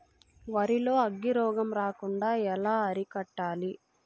వరి లో అగ్గి రోగం రాకుండా ఎలా అరికట్టాలి?